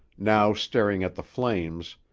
now staring at the flames,